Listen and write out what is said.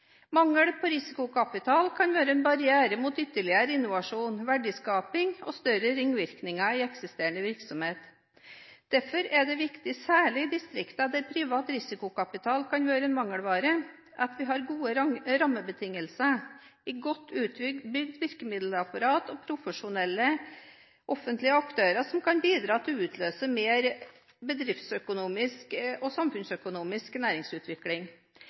Mangel på risikokapital kan være en barriere mot ytterligere innovasjon, verdiskaping og større ringvirkninger i eksisterende virksomhet. Derfor er det viktig, særlig i distrikter der privat risikokapital kan være en mangelvare, at vi har gode rammebetingelser, et godt utbygd virkemiddelapparat og profesjonelle, offentlige aktører som kan bidra til å utløse mer bedriftsøkonomisk og samfunnsøkonomisk næringsutvikling.